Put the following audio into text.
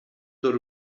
tur